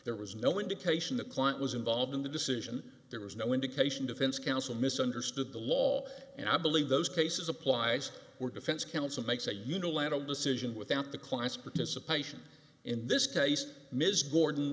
there was no indication the client was involved in the decision there was no indication defense counsel misunderstood the law and i believe those cases applied were defense counsel makes a unilateral decision without the client's participation in this case ms gordon